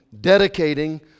dedicating